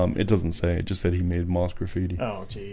um it doesn't say just that he made moss graffiti